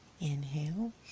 inhale